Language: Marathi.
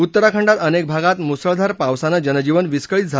उत्तराखंडात अनेक भागात मुसळधार पावसानं जनजीवन विस्कळीत झालं आहे